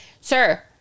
Sir